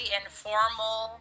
informal